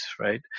right